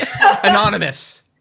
anonymous